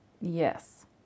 Yes